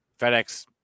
FedEx